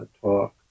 talk